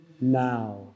now